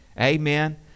Amen